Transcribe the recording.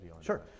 sure